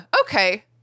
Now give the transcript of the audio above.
okay